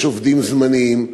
יש עובדים זמניים,